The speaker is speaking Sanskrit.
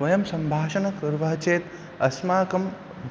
वयं सम्भाषणं कुर्वः चेत् अस्माकं